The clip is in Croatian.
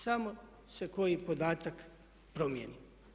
Samo se koji podatak promijeni.